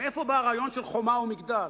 מאיפה בא הרעיון של "חומה ומגדל"?